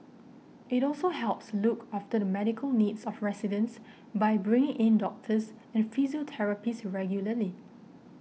it also helps look after the medical needs of residents by bringing in doctors and physiotherapists regularly